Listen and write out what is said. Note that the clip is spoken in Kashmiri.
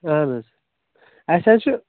اَہَن حظ اَسہِ حظ چھُ